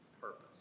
purpose